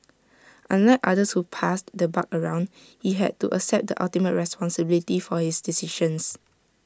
unlike others who passed the buck around he had to accept the ultimate responsibility for his decisions